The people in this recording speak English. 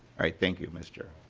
thank you mr.